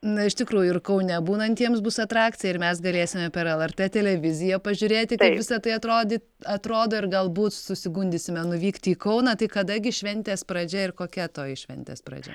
na iš tikrųjų ir kaune būnantiems bus atrakcija ir mes galėsime per lrt televiziją pažiūrėti kaip visa tai atrodė atrodo ir galbūt susigundysime nuvykti į kauną tai kada gi šventės pradžia ir kokia toji šventės pradžia